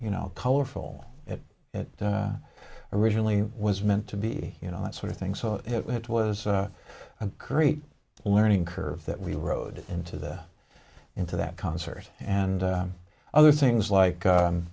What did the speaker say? you know colorful that it originally was meant to be you know that sort of thing so it was a great learning curve that we rode into the into that concert and other things like